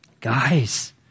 guys